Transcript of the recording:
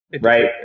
Right